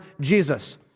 Jesus